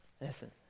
Listen